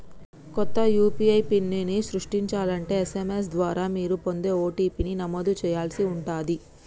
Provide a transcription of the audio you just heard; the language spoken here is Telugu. కొత్త యూ.పీ.ఐ పిన్ని సృష్టించాలంటే ఎస్.ఎం.ఎస్ ద్వారా మీరు పొందే ఓ.టీ.పీ ని నమోదు చేయాల్సి ఉంటాది